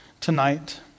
tonight